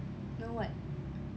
know what